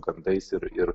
gandais ir ir